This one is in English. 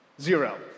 zero